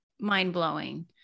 mind-blowing